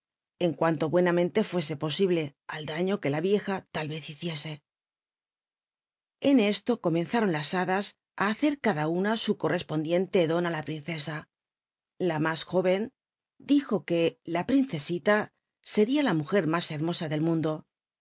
cuan to buenamente fuese posible al daiío que la vieja tal vez hiciese en esto comenzaron la hadas á hacer cada una su correspondiente don á la princesa i a mas jórcu dijo que la princesa sería la mujer más herm osa del mmu